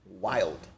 Wild